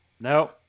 No